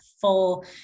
full